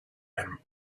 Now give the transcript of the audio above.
and